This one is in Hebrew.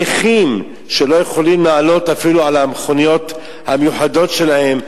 נכים שלא יכולים לעלות אפילו על המכוניות המיוחדות שלהם,